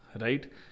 right